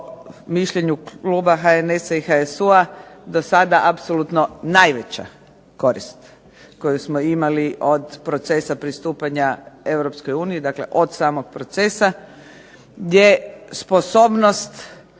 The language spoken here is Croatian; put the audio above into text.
mišljenju kluba HNS-a i HSU-a do sada apsolutno najveća korist koju smo imali od procesa pristupanja Europskoj uniji, dakle od samog procesa gdje sposobnost